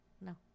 No